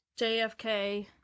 JFK